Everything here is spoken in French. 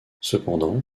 cependant